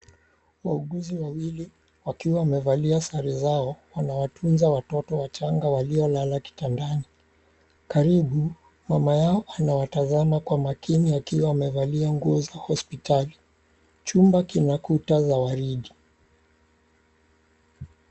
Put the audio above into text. Wauguzi wawili wakiwa wamevalia sare zao wanawatunza watoto wachanga waliolala kitandani, karibu mama yao anawatazama kwa makini akiwa amevalia nguo za hospitali, chumba kina kuta za waridi.